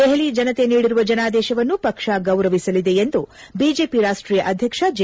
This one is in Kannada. ದೆಹಲಿ ಜನತೆ ನೀಡಿರುವ ಜನಾದೇಶವನ್ನು ಪಕ್ಷ ಗೌರವಿಸಲಿದೆ ಎಂದು ಬಿಜೆಪಿ ರಾಷ್ಟೀಯ ಅಧ್ವಕ್ಷ ಜೆ